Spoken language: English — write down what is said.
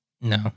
No